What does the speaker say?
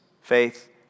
faith